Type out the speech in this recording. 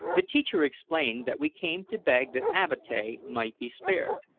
the teacher explained that we came to beg that avatea might be spared.